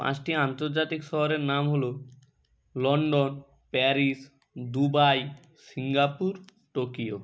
পাঁচটি আন্তর্জাতিক শহরের নাম হলো London Paris Dubai Singapore Tokyo